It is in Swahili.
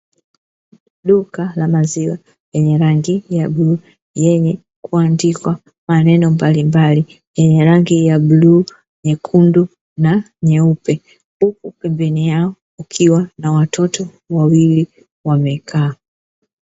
Duka la maziwa lenye rangi ya bluu, yenye kuandikwa maneno mbalimbali yenye rangi ya bluu, nyekundu na nyeupe. Huku pembeni yao kukiwa na watoto wawili wamekaa.